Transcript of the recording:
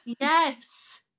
Yes